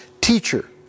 teacher